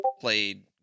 played